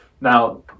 Now